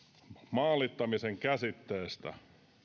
maalittamisen käsitteestä